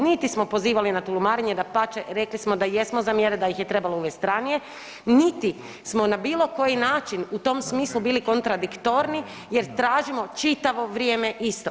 Niti smo pozivali na tulumarenje dapače rekli smo da jesmo za mjere da ih je trebalo uvest ranije niti smo na bilo koji način u tom smislu bili kontradiktorni jer tražimo čitavo vrijeme isto.